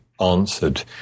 answered